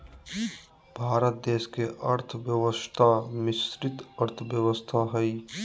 भारत देश के अर्थव्यवस्था मिश्रित अर्थव्यवस्था हइ